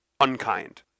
unkind